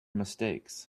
mistakes